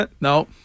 No